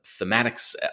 thematics